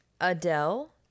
Adele